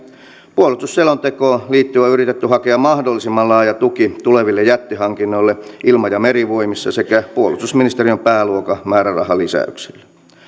puolustusselontekoon liittyen on yritetty hakea mahdollisimman laaja tuki tuleville jättihankinnoille ilma ja merivoimissa sekä puolustusministeriön pääluokan määrärahalisäyksille